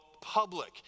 public